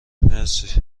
مرسی